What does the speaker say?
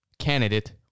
Candidate